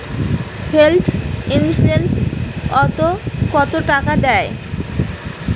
Health insurance ওত কত টাকা দেয়?